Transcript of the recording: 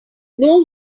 know